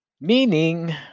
Meaning